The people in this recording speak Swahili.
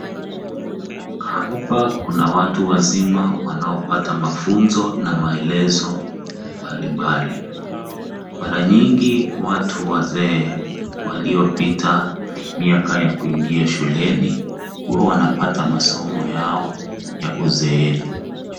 Hapa kuna watu wazima wanaopata mafunzo na maelezo mbali mbali. Mara nyingi watu wazee waliopita miaka ya kuingia shuleni, huwa wanapata masomo yao ya uzeeni